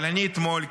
אבל אתמול,